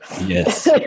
Yes